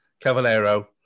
Cavalero